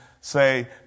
say